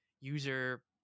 user